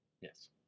Yes